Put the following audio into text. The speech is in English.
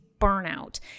burnout